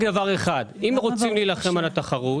אם רוצים להילחם על התחרות,